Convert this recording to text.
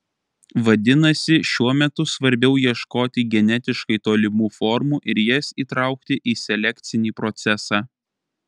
vadinasi šiuo metu svarbiau ieškoti genetiškai tolimų formų ir jas įtraukti į selekcinį procesą